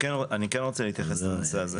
אני כן רוצה להתייחס לנושא הזה.